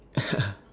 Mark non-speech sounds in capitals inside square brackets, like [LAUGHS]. [LAUGHS]